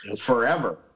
Forever